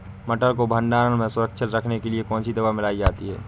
मटर को भंडारण में सुरक्षित रखने के लिए कौन सी दवा मिलाई जाती है?